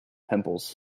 pimples